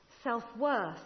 Self-worth